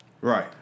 Right